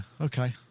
okay